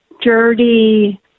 dirty